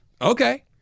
okay